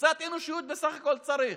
קצת אנושיות בסך הכול צריך.